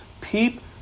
peep